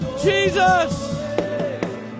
Jesus